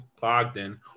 Bogdan